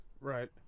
right